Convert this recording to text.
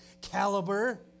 caliber